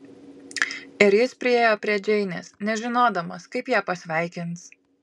ir jis priėjo prie džeinės nežinodamas kaip ją pasveikins